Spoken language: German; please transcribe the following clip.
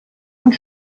und